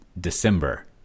december